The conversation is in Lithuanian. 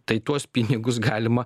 tai tuos pinigus galima